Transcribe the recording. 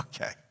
Okay